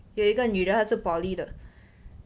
有一个女的他是 poly 的